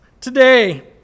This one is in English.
today